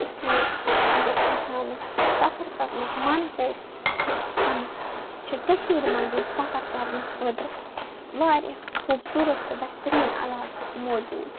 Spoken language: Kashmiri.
اِس لیے اگر اِنسانس سفر کَرنُک من کَرِ تٔمس چھِ کٔشیٖرِ منٛزۍ سفر کَرنہٕ خٲطرٕ وارِیاہ خوٗبصوٗرت تہٕ بہتریٖن عَلاقہٕ موجوٗد